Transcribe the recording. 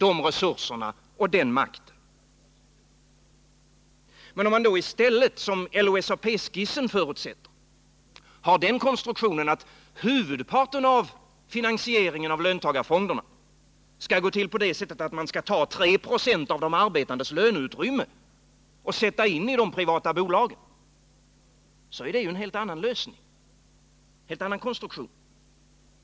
Om man i stället — vilket förutsätts i LO-SAP:s skiss — har den konstruktionen att huvudparten av finansieringen av löntagarfonderna skall klaras genom att man tar 3 96 av de arbetandes löneutrymme och sätter in i de privata bolagen, så är det en helt annan lösning, en helt annan konstruktion.